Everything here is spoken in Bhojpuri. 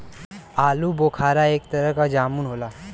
आलूबोखारा एक तरीके क जामुन होला